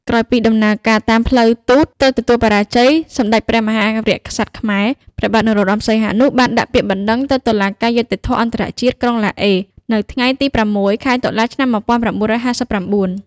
ក្រោយពីដំណើរការតាមផ្លូវទូតត្រូវទទួលបរាជ័យ សម្តេចព្រះមហាវីរក្សត្រខ្មែរ ព្រះបាទ នរោត្តម សីហនុ បានដាក់ពាក្យបណ្តឹងទៅតុលាការយុត្តិធម៌អន្តរជាតិ ក្រុងឡាអេ នៅថ្ងៃទី៦ ខែតុលា ឆ្នាំ១៩៥៩ ។